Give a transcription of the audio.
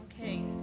Okay